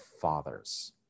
fathers